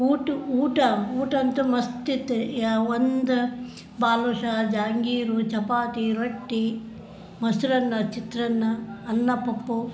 ಊಟ ಊಟ ಊಟ ಅಂತೂ ಮಸ್ತು ಇತ್ತು ಯ ಒಂದು ಬಾದುಷಾ ಜಹಾಂಗೀರ್ ಚಪಾತಿ ರೊಟ್ಟಿ ಮೊಸರನ್ನ ಚಿತ್ರಾನ್ನ ಅನ್ನ ಪಪ್ಪು